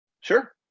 Sure